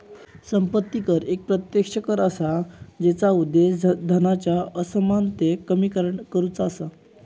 संपत्ती कर एक प्रत्यक्ष कर असा जेचा उद्देश धनाच्या असमानतेक कमी करुचा असा